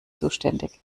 zuständig